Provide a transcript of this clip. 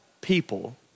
people